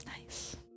Nice